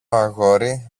αγόρι